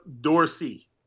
Dorsey